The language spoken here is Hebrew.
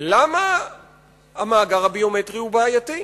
למה המאגר הביומטרי הוא בעייתי?